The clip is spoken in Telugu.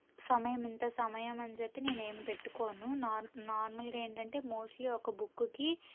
సమయం ఇంత సమయం అని చెప్పి నేనేం పెట్టుకోను నా నార్మల్గా ఏంటంటే మోస్ట్లీ ఒక బుక్కుకి